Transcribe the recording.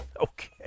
Okay